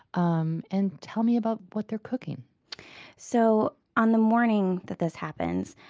um and tell me about what they're cooking so on the morning that this happens,